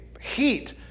heat